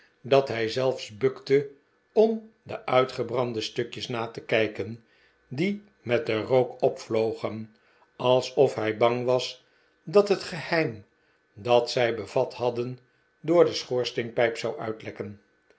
dat hij zelfs bukte om de uitgebrande stukje's na te kijken die met den rook opvlogen alsof hij bang was dat het geheim dat zij bevat hadden door de schoorsteenpijp zou uitlekken